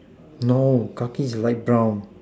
no khaki is light brown